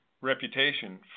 reputation